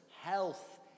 health